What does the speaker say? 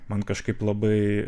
man kažkaip labai